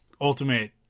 ultimate